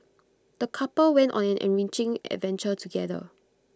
the couple went on an enriching adventure together